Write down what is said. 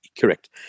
Correct